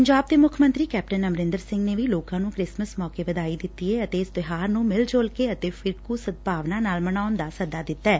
ਪੰਜਾਬ ਦੇ ਮੁੱਖ ਮੰਤਰੀ ਕੈਪਟਨ ਅਮਰਰਿਦਰ ਸਿੰਘ ਨੇ ਵੀ ਲੋਕਾਂ ਨੂੰ ਕ੍ਰਿਸਮਿਸ ਮੌਕੇ ਵਧਾਈ ਦਿੱਤੀ ਏ ਅਤੇ ਇਸ ਤਿਓਹਾਰ ਨੂੰ ਮਿਲਜੁਲ ਕੇ ਅਤੇ ਫਿਰਕੁ ਸਦਭਾਵਨਾ ਨਾਲ ਮਨਾਉਣ ਦਾ ਸੱਦਾ ਦਿੱਤੈ